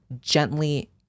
gently